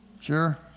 Sure